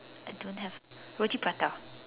I don't have roti prata